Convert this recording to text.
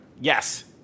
Yes